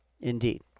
Indeed